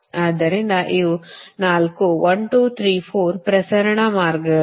ಆದ್ದರಿಂದ ಇವು 4 1 2 3 4 ಪ್ರಸರಣ ಮಾರ್ಗಗಳಿವೆ